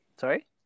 Sorry